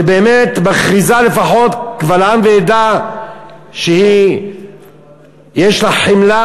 שבאמת מכריזה קבל עם ועדה שיש לה חמלה,